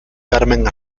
carmen